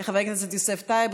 חבר הכנסת יוסף טייב,